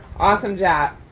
awesome job,